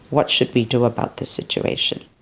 what should we do about this situation?